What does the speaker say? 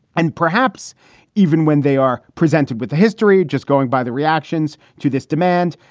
and perhaps even when they are presented with a history just going by the reactions to this demand.